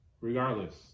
Regardless